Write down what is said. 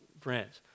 friends